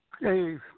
Hey